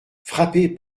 frappez